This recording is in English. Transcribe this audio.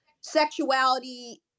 sexuality